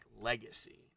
Legacy